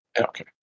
Okay